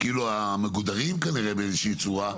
המגודרים כנראה באיזושהי צורה,